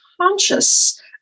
conscious